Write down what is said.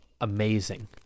amazing